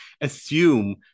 assume